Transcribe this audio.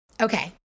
okay